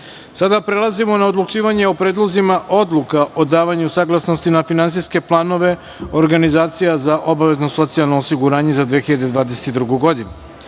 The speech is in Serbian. prelazimo na odlučivanje o predlozima odluka o davanju saglasnosti na finansijske planove organizacija za obavezno socijalno osiguranje za 2022.